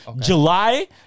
july